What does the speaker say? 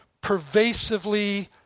pervasively